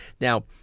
now